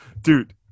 Dude